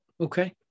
okay